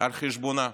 על חשבונה,